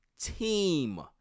team